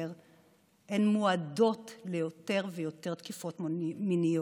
הן מועדות ליותר ויותר תקיפות מיניות.